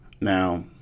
Now